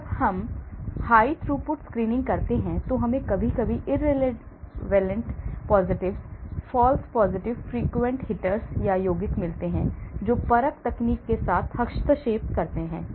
जब हम high throughput screening करते हैं तो हमें कभी कभी irrelevant positives false positives frequent hitters यौगिक मिलते हैं जो परख तकनीक के साथ हस्तक्षेप करते हैं